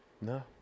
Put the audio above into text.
No